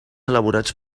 elaborats